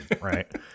right